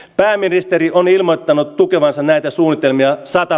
pääministeri on ilmoittanut tukevansa näitä suunnitelmia sata